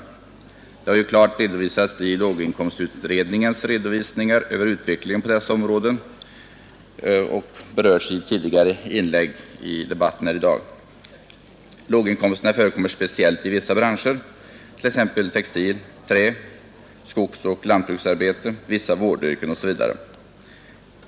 Detta har klart visats i låginkomstutredningens redovisningar av utvecklingen på dessa områden och har också berörts tidigare i debatten här i dag. Låginkomsterna förekommer speciellt i vissa branscher, t.ex. textil, trä, skogsoch lantbruk samt vissa vårdyrken.